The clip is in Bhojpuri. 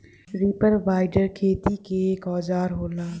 रीपर बाइंडर खेती क एक औजार होला